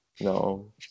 No